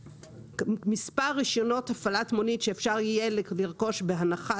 מספר רישיונות הפעלת מונית שאפשר יהיה לרכוש בהנחה